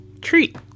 treat